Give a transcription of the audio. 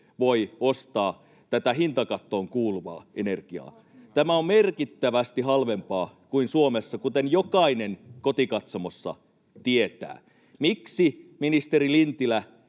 voi ostaa tätä hintakattoon kuuluvaa energia 2 600 kilowattituntia. Tämä on merkittävästi halvempaa kuin Suomessa, kuten jokainen kotikatsomossa tietää. Miksi, ministeri Lintilä,